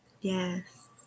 yes